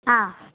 ಹಾಂ